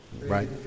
right